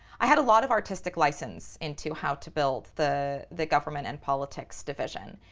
i had a lot of artistic license into how to build the the government and politics division.